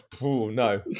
no